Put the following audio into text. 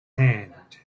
hand